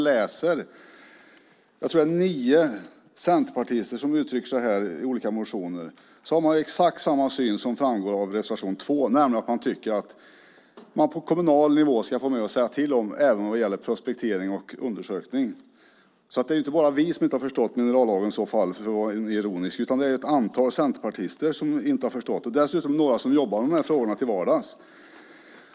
Det är nio centerpartister, tror jag, som i sina motioner uttrycker exakt samma syn den som uttrycks i reservation 2, nämligen att man på kommunal nivå ska få mer att säga till om även vad gäller prospektering och undersökning. Det är i så fall inte bara vi som inte har förstått minerallagen - för att vara ironisk - utan det är ett antal centerpartister som heller inte har gjort det, och dessutom några som jobbar med de här frågorna till vardags.